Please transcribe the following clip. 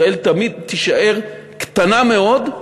ישראל תמיד תישאר קטנה מאוד,